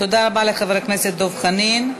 תודה רבה לחבר הכנסת דב חנין.